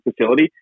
facility